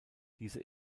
diese